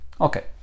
Okay